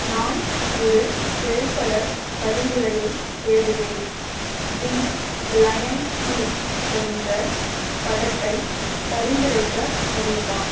நான் ஒரு திரைப்படப் பரிந்துரையைத் தேடுகிறேன் தி லயன் கிங் போன்ற படத்தைப் பரிந்துரைக்க முடியுமா